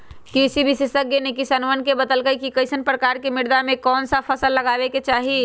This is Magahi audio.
कृषि विशेषज्ञ ने किसानवन के बतल कई कि कईसन प्रकार के मृदा में कौन सा फसल लगावे के चाहि